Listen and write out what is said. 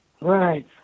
Right